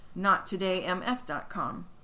NotTodayMF.com